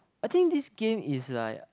I think this game is like